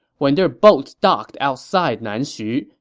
when their boats docked outside nanxu,